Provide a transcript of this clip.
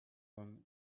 him